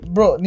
Bro